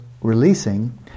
releasing